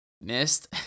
missed